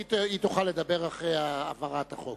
היא תוכל לדבר אחרי העברת החוק.